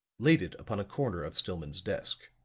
laid it upon a corner of stillman's desk.